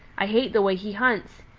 i hate the way he hunts!